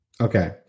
Okay